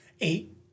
eight